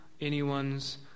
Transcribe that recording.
anyone's